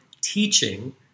teaching